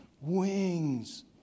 wings